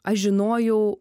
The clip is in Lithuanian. aš žinojau